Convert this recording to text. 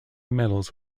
medals